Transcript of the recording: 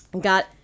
Got